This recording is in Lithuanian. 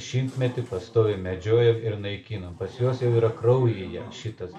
šimtmetį pastoviai medžiojam ir naikinam pas juos jau yra kraujyje šitas